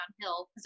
downhill